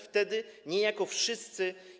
Wtedy niejako wszyscy.